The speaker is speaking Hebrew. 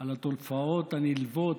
על התופעות הנלוות